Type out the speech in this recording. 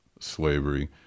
slavery